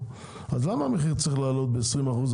למה המחיר צריך לעלות ב-20%?